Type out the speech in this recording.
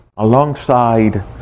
alongside